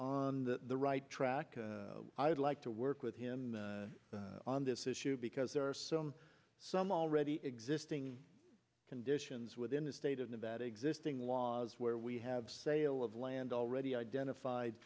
on the right track i would like to work with him on this issue because there are some some already existing conditions within the state of nevada existing laws where we have sale of land already identified